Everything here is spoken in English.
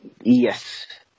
Yes